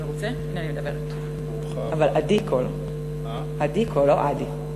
עדי קול, לא ע-די.